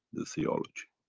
the theology.